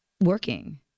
working